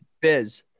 Biz